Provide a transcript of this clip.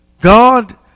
God